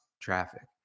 traffic